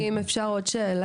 אדוני, אם אפשר עוד שאלה.